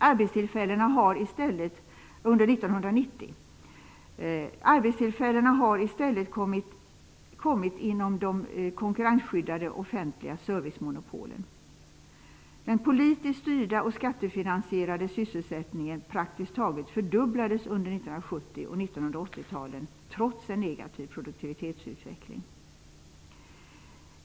Arbetstillfällena har i stället kommit inom de konkurrensskyddade offentliga servicemonopolen. Den politiskt styrda och skattefinansierade sysselsättningen praktiskt taget fördubblades under 1970 och 1980-talen, trots en negativ produktivitetsutveckling.